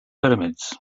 pyramids